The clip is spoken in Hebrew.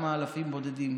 כמה אלפים בודדים